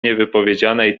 niewypowiedzianej